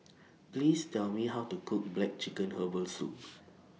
Please Tell Me How to Cook Black Chicken Herbal Soup